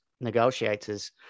negotiators